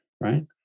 right